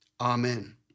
Amen